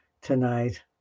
tonight